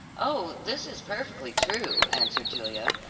oh, this is perfectly true, answered julia,